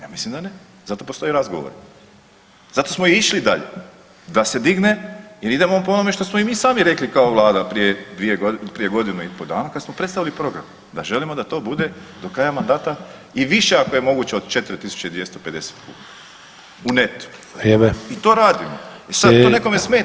Ja mislim da ne, za to postoje razgovori, zato smo i išli dalje da se digne jer idemo po onome što smo i mi sami rekli kao vlada prije godinu i po dana kad smo predstavili program da želimo da to bude do kraja mandata i više ako je moguće od 4.250 kuna u netu [[Upadica: Vrijeme]] i to radimo i sad to nekome smeta.